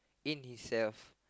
in himself